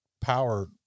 power